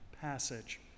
passage